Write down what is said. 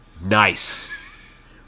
Nice